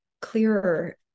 clearer